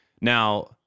Now